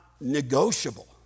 negotiable